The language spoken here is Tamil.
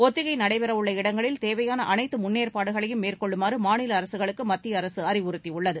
ஒத்திகை நடைபெறவுள்ள இடங்களில் தேவையான அனைத்து மேற்கொள்ளுமாறு மாநில அரசுகளுக்கு மத்திய அரசு அறிவுறுத்தியுள்ளது